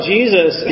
Jesus